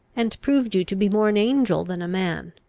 and proved you to be more an angel than a man.